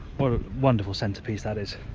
what a wonderful centrepiece, that is!